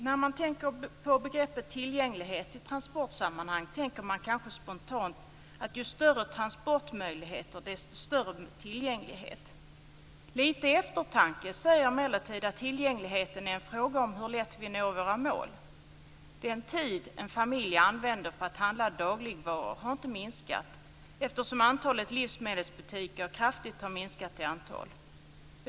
När man tänker på begreppet tillgänglighet i transportsammanhang tänker man kanske spontant att ju större transportmöjligheter, desto större tillgänglighet. Lite eftertanke säger emellertid att tillgängligheten är en fråga om hur lätt vi når våra mål. Den tid en familj använder för att handla dagligvaror har inte minskat, eftersom antalet livsmedelsbutiker kraftigt har minskat i antal.